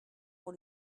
pour